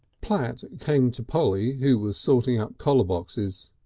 platt came to polly, who was sorting up collar boxes.